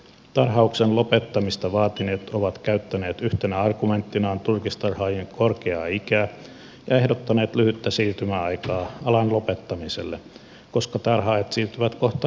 tarhauksen lopettamista vaatineet ovat käyttäneet yhtenä argumenttinaan turkistarhaajien korkeaa ikää ja ehdottaneet lyhyttä siirtymäaikaa alan lopettamiselle koska tarhaajat siirtyvät kohta eläkkeelle